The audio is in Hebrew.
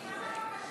למה לא, איחוד